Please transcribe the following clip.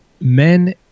men